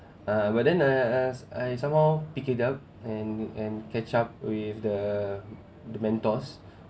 uh but then I ask I somehow pick it up and and catch up with the the mentors